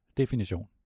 definition